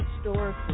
store